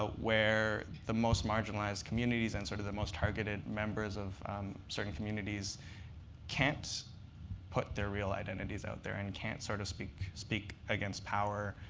ah where the most marginalized communities and sort of the most targeted members of certain communities can't put their real identities out there and can't sort of speak speak against power